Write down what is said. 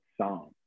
song